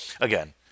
again